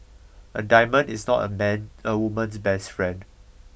a diamond is not a man a woman's best friend